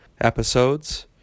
episodes